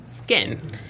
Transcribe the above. skin